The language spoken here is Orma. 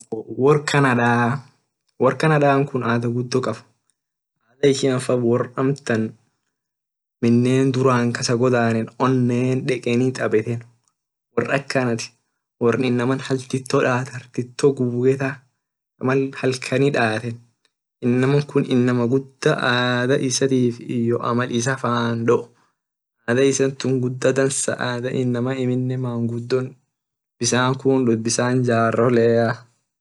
Wor canada wor canadaa adum kab dha ishian amtan wor duran minen inama kasagodan deki tabeten wor akanat wor inama hartito dat gufeta mal halkani daten inamakun inama guda adha isatif iyo amal isa fan do adha kun adha dansa bisan jarolea.